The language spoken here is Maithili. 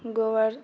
गोबर